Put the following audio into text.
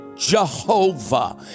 Jehovah